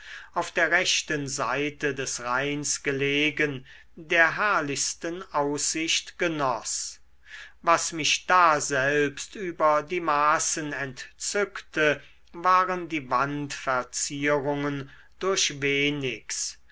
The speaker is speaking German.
auf der rechten seite des rheins gelegen der herrlichsten aussicht genoß was mich daselbst über die maßen entzückte waren die wandverzierungen durch